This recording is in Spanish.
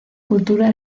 cultura